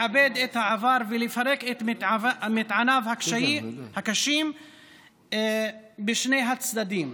לעבד את העבר ולפרק את מטעניו הקשים בשני הצדדים,